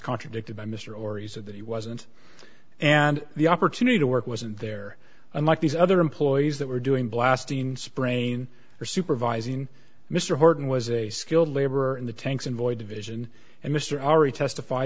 contradicted by mr or he said that he wasn't and the opportunity to work wasn't there and like these other employees that were doing blasting sprain or supervising mr horton was a skilled labor in the tanks and void division and mr already testif